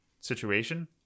situation